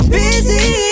busy